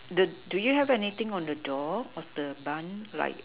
the do you have anything on the door of the bun like